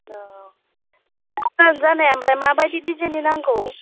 अ जागोन जानाया ओमफ्राय माबायदि डिजाइननि नांगौ